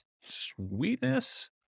Sweetness